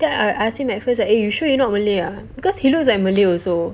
then I ask him at first like eh you sure you not malay ah cause he looks like malay also